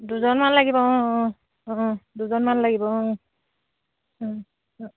দুজনমান লাগিব অঁ অঁ অঁ দুজনমান লাগিব অঁ